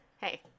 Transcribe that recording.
Hey